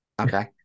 Okay